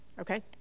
Okay